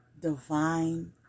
divine